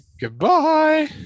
Goodbye